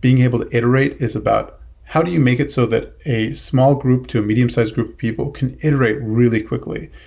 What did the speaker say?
being able to iterate is about how do you make it so that a small group to a medium-sized group of people can iterate really quickly?